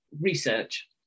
research